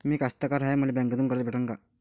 मी कास्तकार हाय, मले बँकेतून कर्ज भेटन का?